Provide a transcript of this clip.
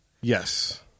Yes